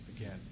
again